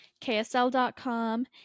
ksl.com